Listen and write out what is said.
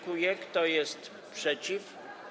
Kto jest przeciw?